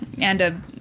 anda